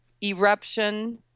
eruption